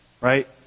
right